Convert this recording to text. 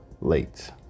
late